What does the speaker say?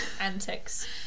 antics